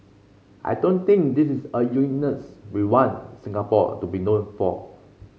I don't think this is a uniqueness we want Singapore to be known for